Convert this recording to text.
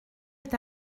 est